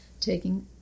taking